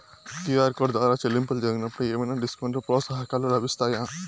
QR code ద్వారా చెల్లింపులు జరిగినప్పుడు ఏవైనా డిస్కౌంట్ లు, ప్రోత్సాహకాలు లభిస్తాయా?